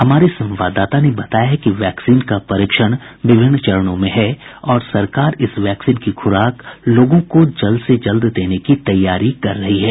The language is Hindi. हमारे संवाददाता ने बताया है कि वैक्सीन का परीक्षण विभिन्न चरणों में है और सरकार इस वैक्सीन की खुराक लोगों को जल्द देने की तैयारी कर रही है